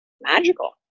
magical